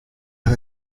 los